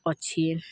ଅଛି